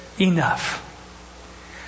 enough